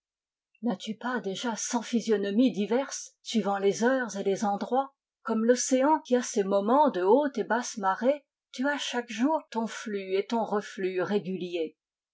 n'as-tu pas déjà cent physionomies diverses suivant les heures et les endroits comme l'océan qui a ses moments de haute et basse marée tu as chaque jour ton flux et ton reflux réguliers